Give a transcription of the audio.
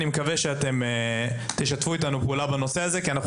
אני מקווה שאתם תשתפו איתנו פעולה בנושא הזה כי אנחנו